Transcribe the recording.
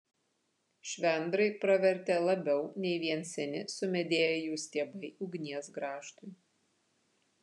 švendrai pravertė labiau nei vien seni sumedėję jų stiebai ugnies grąžtui